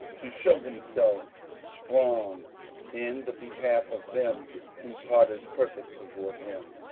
to shew himself strong in the behalf of them whose heart is perfect toward him.